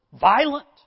Violent